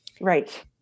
Right